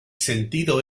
sentido